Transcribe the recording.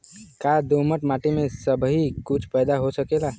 का दोमट माटी में सबही कुछ पैदा हो सकेला?